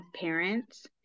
parents